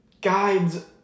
guides